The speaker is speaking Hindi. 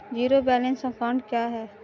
ज़ीरो बैलेंस अकाउंट क्या है?